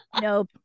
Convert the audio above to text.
Nope